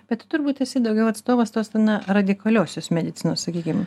bet tu turbūt esi daugiau atstovas tos na radikaliosios medicinos sakykim